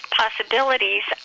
possibilities